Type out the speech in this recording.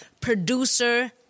producer